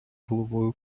головою